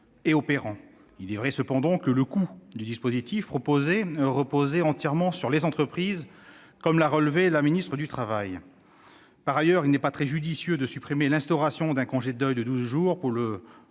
et opérant. Il est vrai, cependant, que le coût du dispositif proposé reposait entièrement sur les entreprises, comme l'a relevé Mme la ministre du travail. Par ailleurs, il n'est pas très judicieux de supprimer l'instauration d'un congé de deuil de douze jours pour la